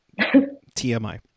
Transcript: TMI